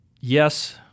yes